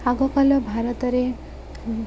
ଆଗକାଲ ଭାରତରେ